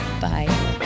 bye